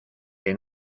que